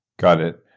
got it.